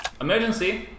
Emergency